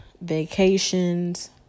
vacations